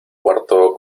cuarto